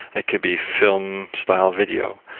it could be film style video.